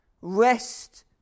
Rest